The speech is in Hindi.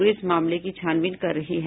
पुलिस मामले की छानबीन कर रही है